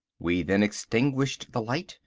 we then extinguished the light.